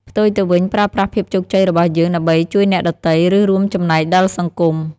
ផ្ទុយទៅវិញ ប្រើប្រាស់ភាពជោគជ័យរបស់យើងដើម្បីជួយអ្នកដទៃ ឬរួមចំណែកដល់សង្គម។